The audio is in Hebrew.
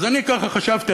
אז אני ככה חשבתי,